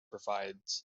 provides